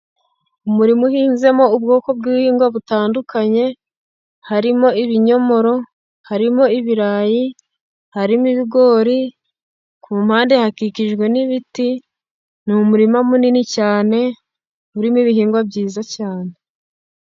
Umuririma uhinzemo ubwoko bw'ibihingwa butandukanye, harimo ibinyomoro, harimo ibirayi, harimo ibigori, ku mpande hakikijwe n'ibiti, ni umurima munini cyane, urimo ibihingwa byiza cyane.